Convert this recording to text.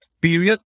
period